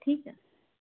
ঠিক আছে